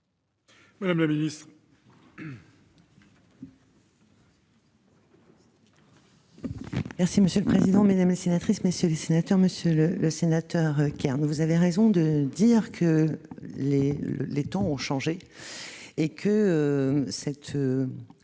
Mme la ministre.